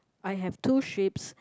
I have two sheeps